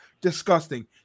disgusting